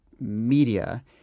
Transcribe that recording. media